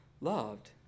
loved